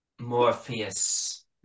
Morpheus